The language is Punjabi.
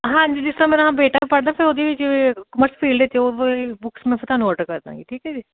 ਹਾਂਜੀ ਜਿਸ ਤਰ੍ਹਾਂ ਮੇਰਾ ਬੇਟਾ ਪੜ੍ਹਦਾ ਫਿਰ ਓਹਦੀ ਜਿਵੇਂ ਕਮਰਸ ਫਿਲਡ 'ਚ ਉਹ ਵਾਲੀ ਬੁਕਸ ਮੈਂ ਫਿਰ ਤੁਹਾਨੂੰ ਔਡਰ ਕਰਦਾਂਗੀ ਠੀਕ ਹੈ ਜੀ